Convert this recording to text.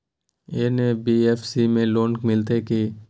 NBFC में loan मिलते की?